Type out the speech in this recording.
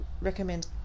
recommend